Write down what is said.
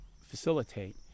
facilitate